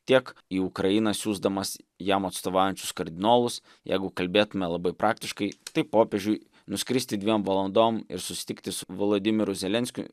tiek į ukrainą siųsdamas jam atstovaujančius kardinolus jeigu kalbėtume labai praktiškai tai popiežiui nuskristi dviem valandom ir susitikti su vladimiru zelenskiu